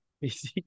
Busy